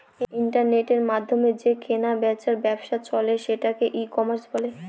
ইন্টারনেটের মাধ্যমে যে কেনা বেচার ব্যবসা চলে সেটাকে ই কমার্স বলে